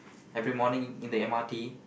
every morning in the M_R_T